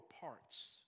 parts